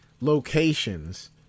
locations